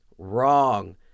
Wrong